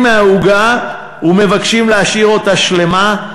אוכלים מהעוגה ומבקשים להשאיר אותה שלמה.